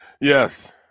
Yes